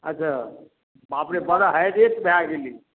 अच्छा बाप रे बड़ा हाइ रेट भै गेलै